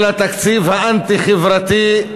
של התקציב האנטי-חברתי,